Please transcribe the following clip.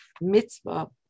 mitzvah